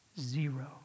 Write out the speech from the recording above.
Zero